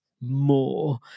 more